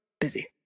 busy